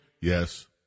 Yes